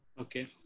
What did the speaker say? Okay